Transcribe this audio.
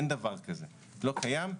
אין דבר כזה, לא קיים.